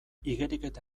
igeriketa